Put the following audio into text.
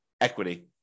equity